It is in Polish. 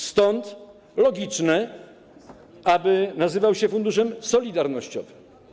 Stąd jest logiczne, aby nazywał się Funduszem Solidarnościowym.